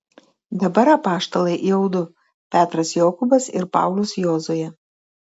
dabar apaštalai jau du petras jokūbas ir paulius jozuė